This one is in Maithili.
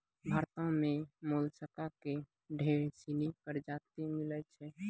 भारतो में मोलसका के ढेर सिनी परजाती मिलै छै